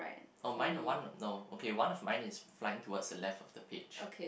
oh mine one no okay one of mine is flying towards the left of the page